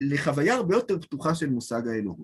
לחוויה הרבה יותר פתוחה של מושג האלוהים.